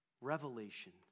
revelation